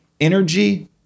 energy